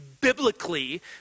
biblically